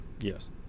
Yes